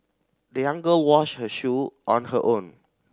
the young girl washed her shoe on her own